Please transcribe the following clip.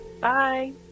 Bye